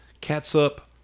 catsup